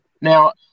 Now